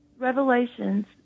Revelations